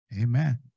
Amen